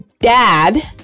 dad